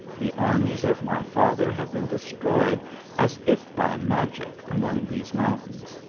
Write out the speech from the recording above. the armies of my father have been destroyed as if by magic among these mountains,